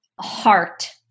heart